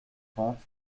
trente